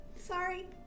Sorry